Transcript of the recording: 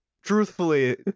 Truthfully